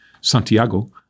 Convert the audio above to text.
Santiago